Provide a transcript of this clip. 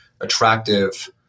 attractive